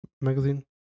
magazine